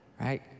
Right